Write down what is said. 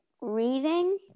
reading